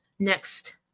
next